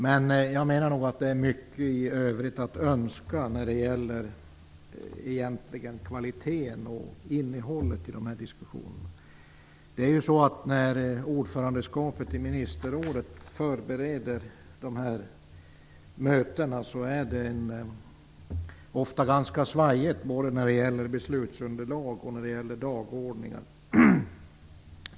Men jag menar nog att det är mycket övrigt att önska när det gäller kvaliteten och innehållet i de här diskussionerna. När ordförandeskapet i ministerrådet förbereder de här mötena är både beslutsunderlag och dagordning ofta ganska svajiga.